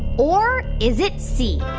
or is it c,